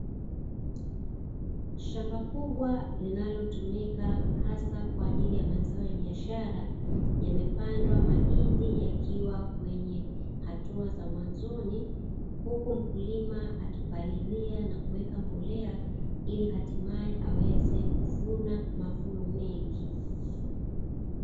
Shamba kubwa linalotumika hasa kwa ajili ya mazao ya biashara, yamepandwa mahindi yakiwa kwenye hatua za mwanzoni, huku mkulima akipalilia na kuweka mbolea ili hatimaye aweze kuvuna mavuno mengi.